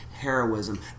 heroism